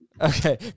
Okay